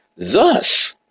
Thus